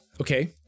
okay